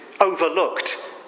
overlooked